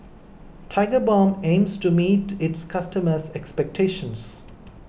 Tigerbalm aims to meet its customers' expectations